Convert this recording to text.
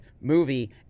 movie